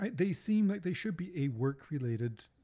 um they seem like they should be a work related